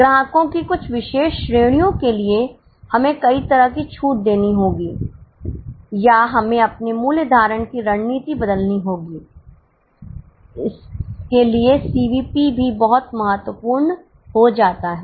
ग्राहकों की कुछ विशेष श्रेणियों के लिए हमें कई तरह की छूट देनी होगी या हमें अपनी मूल्य निर्धारण की रणनीति बदलनी होगी इसके लिए सीवीपी भी बहुत महत्वपूर्ण हो जाता है